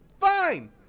fine